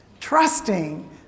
trusting